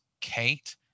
Kate